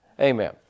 Amen